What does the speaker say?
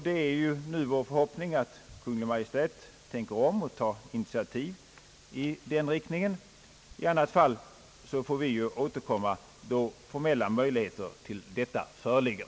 Det är nu vår förhoppning att Kungl. Maj:t tänker på saken och tar initiativ i den riktningen. I annat fall får vi återkomma då formella möjligheter till detta föreligger.